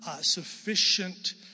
sufficient